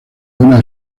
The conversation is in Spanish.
una